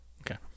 Okay